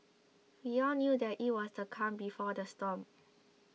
we all knew that it was the calm before the storm